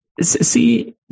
See